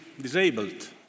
disabled